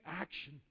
action